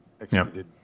executed